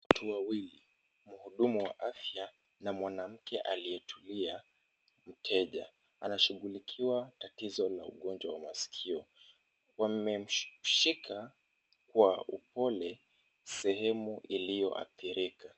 Watu wawili, mhudumu wa afya na mwanamke aliyetulia mteja. Anashughulikiwa tatizo la ugonjwa wa maskio. Wamemshika, kwa upole, sehemu iliyoathirika.